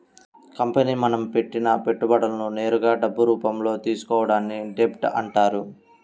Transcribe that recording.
company మనం పెట్టిన పెట్టుబడులను నేరుగా డబ్బు రూపంలో తీసుకోవడాన్ని డెబ్ట్ అంటారు